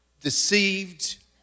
deceived